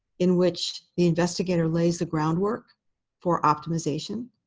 in which the investigator lays the groundwork for optimization.